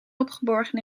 opgeborgen